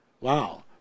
Wow